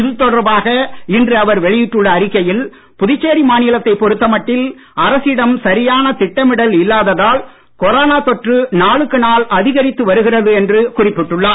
இது தொடர்பாக இன்று அவர் வெளியிட்டுள்ள புதுச்சேரி பொறுத்தமட்டில் அரசிடம் சரியான திட்டமிடல் இல்லாததால் கொரோனா தொற்று நாளுக்கு நாள் அதிகரித்து வருகிறது என்று குறிப்பிட்டுள்ளார்